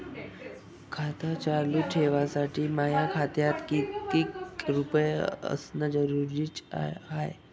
खातं चालू ठेवासाठी माया खात्यात कितीक रुपये असनं जरुरीच हाय?